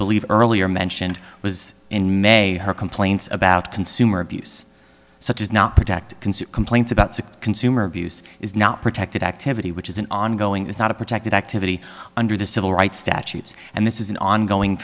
believe earlier mentioned was in may her complaints about consumer abuse such as not protect consumer complaints about sick consumer abuse is not protected activity which is an ongoing it's not a protected activity under the civil rights statutes and this is an ongoing